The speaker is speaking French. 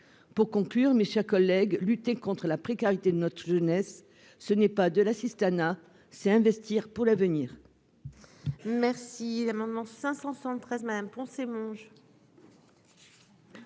pour conclure, mes chers collègues, lutter contre la précarité de notre jeunesse, ce n'est pas de l'assistanat, c'est investir pour l'avenir.